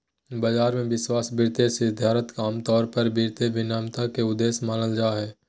बाजार मे विश्वास, वित्तीय स्थिरता आमतौर पर वित्तीय विनियमन के उद्देश्य मानल जा हय